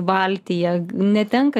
valtyje netenka